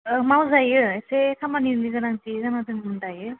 औ मावजायो इसे खामानिनि गोनांथि जाना दोंमोन दायो